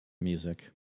music